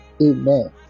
Amen